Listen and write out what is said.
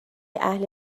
اهل